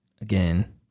again